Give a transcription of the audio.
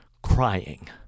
crying